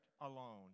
alone